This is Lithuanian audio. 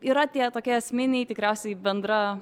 yra tie tokie esminiai tikriausiai bendra